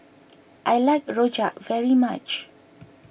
I like Rojak very much